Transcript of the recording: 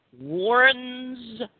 warns